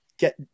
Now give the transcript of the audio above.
get